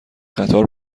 قطار